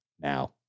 now